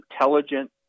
intelligent